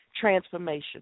transformation